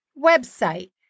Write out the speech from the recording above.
website